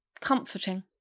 comforting